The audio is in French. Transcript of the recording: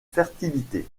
fertilité